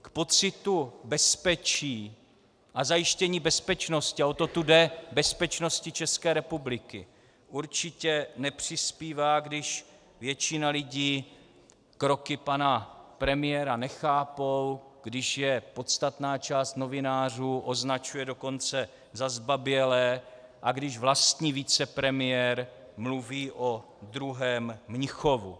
K pocitu bezpečí a zajištění bezpečnosti, a o to tu jde, bezpečnosti České republiky určitě nepřispívá, když většina lidí kroky pana premiéra nechápe, když je podstatná část novinářů označuje dokonce za zbabělé a když vlastní vicepremiér mluví o druhém Mnichovu.